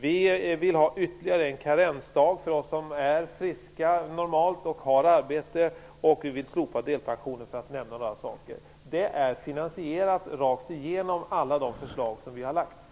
Vi vill ha ytterligare en karensdag för dem som är friska och som har arbete, vi vill slopa delpensionen, för att nämna några saker. Alla de förslag som vi har lagt fram är finansierade rakt igenom.